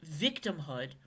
victimhood